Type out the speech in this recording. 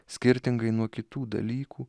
skirtingai nuo kitų dalykų